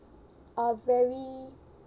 are very